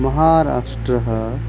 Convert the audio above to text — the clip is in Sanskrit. महाराष्ट्रम्